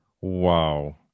Wow